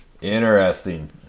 Interesting